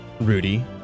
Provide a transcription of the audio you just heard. Rudy